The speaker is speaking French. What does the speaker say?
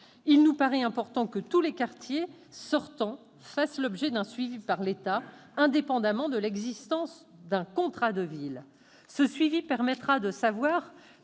Il nous paraît important que tous les quartiers sortants fassent l'objet d'un suivi par l'État, indépendamment de l'existence d'un contrat de ville. Ce suivi permettra de savoir